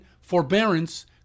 forbearance